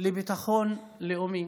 לביטחון לאומי,